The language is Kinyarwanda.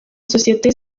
sosiyete